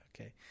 okay